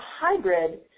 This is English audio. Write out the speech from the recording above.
hybrid